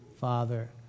Father